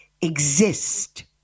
exist